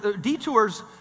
detours